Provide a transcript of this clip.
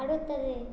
அடுத்தது